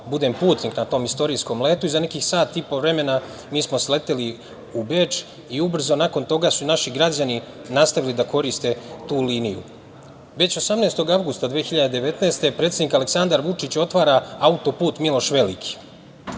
budem putnik na tom istorijskom letu i za nekih sat i po vremena mi smo sleteli u Beč i ubrzo su nakon toga naši građani nastavili da koriste tu liniju. Već 18. avgusta 2019. godine predsednik Aleksandar Vučić otvara auto-put „Miloš Veliki“.